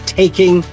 taking